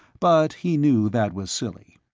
but he knew that was silly.